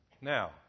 Now